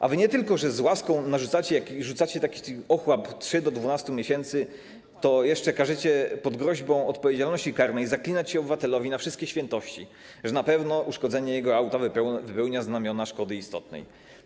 A wy nie tylko że z łaską rzucacie taki ochłap: od 3 do 12 miesięcy, to jeszcze każecie pod groźbą odpowiedzialności karnej zaklinać się obywatelowi na wszystkie świętości, że na pewno uszkodzenie jego auta wypełnia znamiona szkody istotnej.